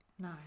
No